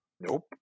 nope